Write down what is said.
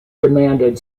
demanded